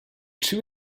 two